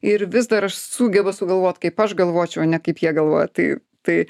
ir vis dar aš sugeba sugalvot kaip aš galvočiau ne kaip jie galvoja tai tai